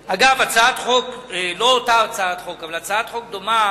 אגב, לא אותה הצעת חוק, אבל הצעת חוק דומה